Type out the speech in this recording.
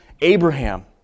Abraham